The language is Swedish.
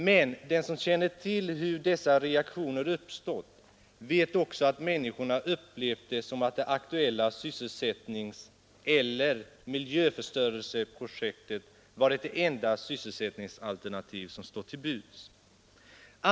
Men den som känner till hur dessa reaktioner uppstått vet också att människorna upplevt det som att det aktuella sysselsättningseller miljöförstörelseprojektet varit det enda sysselsättningsalternativ som stått till buds.